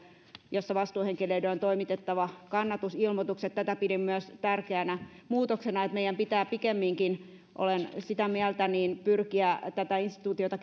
jossa vastuuhenkilöiden on toimitettava kannatusilmoitukset tätä pidin myös tärkeänä muutoksena että meidän pitää pikemminkin olen sitä mieltä pyrkiä tätä instituutiota